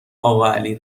اقاعلی